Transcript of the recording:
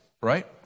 right